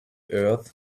earth